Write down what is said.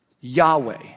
Yahweh